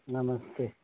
नमस्ते